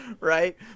right